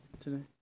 today